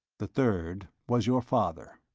the third was your father.